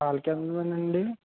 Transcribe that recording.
పాల కేంద్రమా అండి